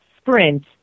sprint